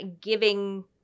giving